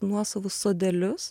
nuosavus sodelius